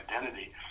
identity